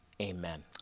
Amen